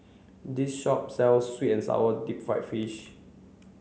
this shop sells sweet and sour deep fried fish